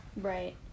right